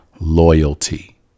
loyalty